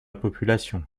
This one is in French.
population